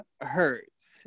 Hurts